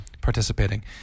participating